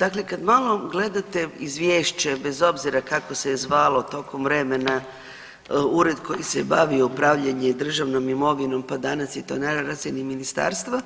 Dakle, kad malo gledate izvješće bez obzira kako se je zvalo tokom vremena ured koji se bavio upravljanje državnom imovinom pa danas je to na razini ministarstva